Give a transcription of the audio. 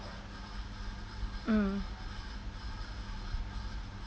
mm